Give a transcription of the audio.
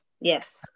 yes